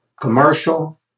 commercial